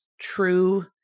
true